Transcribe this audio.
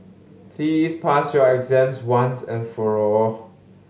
please pass your exams once and for all